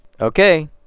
Okay